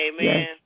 Amen